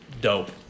dope